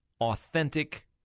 authentic